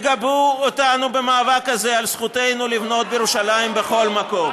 תגבו אותנו במאבק על זכותנו לבנות בירושלים בכל מקום.